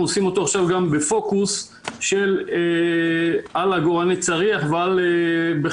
עושים אותו עכשיו גם בפוקוס על עגורני צריח ובכלל,